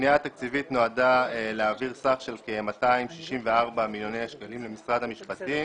הפנייה התקציבית נועדה להעביר סך של כ-264 מיליון שקלים למשרד המשפטים